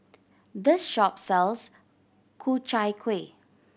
this shop sells Ku Chai Kuih